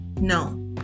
No